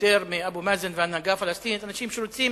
יותר מאבו מאזן וההנהגה הפלסטינית אנשים שרוצים